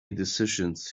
decisions